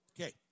Okay